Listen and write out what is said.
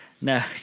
No